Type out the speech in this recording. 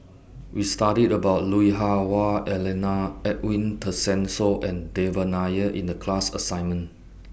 We studied about Lui Hah Wah Elena Edwin Tessensohn and Devan Nair in The class assignment